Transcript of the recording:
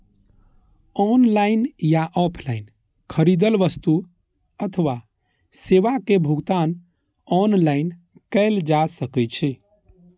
online या offline खरीदल वस्तु अथवा सेवा के भुगतान ऑनलाइन कैल जा सकैछ